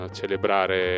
celebrare